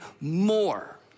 more